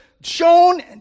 shown